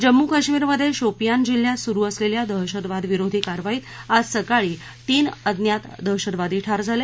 जम्मू कश्मीरमध्ये शोपियान जिल्ह्यात सुरु असलेल्या दहशतवाद विरोधी कारवाईत आज सकाळी तीन अज्ञात दहशतवादी ठार झाले